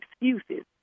excuses